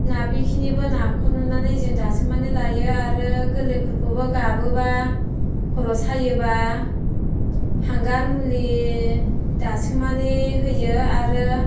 नाबेखिनिबो नाफबनानै जों दासोमनानै लायो आरो गोरलैफोरखौबो गाबोबा खर' सायोबा हांगार मुलि दासोमनानै होयो आरो